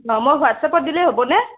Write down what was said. অ' মই হোৱাটছএপত দিলে হ'বনে